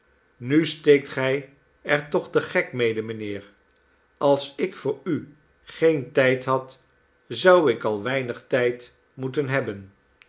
nu steekt gij er toch den gek mede mijnheer als ik voor u geen tijd had zou ik al weinig tijd moeten hebben